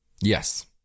Yes